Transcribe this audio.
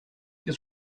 his